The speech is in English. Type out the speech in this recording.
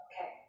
Okay